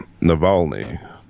Navalny